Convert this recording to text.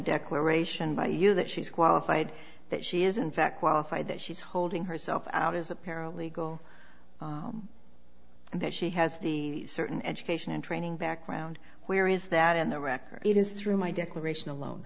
declaration by you that she's qualified that she is in fact qualified that she's holding herself out as a paralegal and that she has the certain education and training background where is that in the record it is through my declaration alo